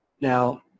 Now